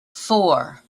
four